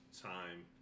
time